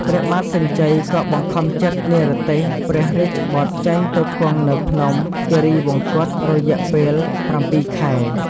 ព្រះបាទសញ្ជ័យក៏បង្ខំចិត្តនិរទេសព្រះរាជបុត្រចេញទៅគង់នៅភ្នំ គិរីវង្គត រយៈពេល ៧ ខែ។